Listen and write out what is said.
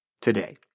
today